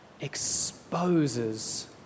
exposes